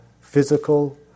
physical